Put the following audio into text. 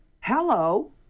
Hello